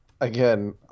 again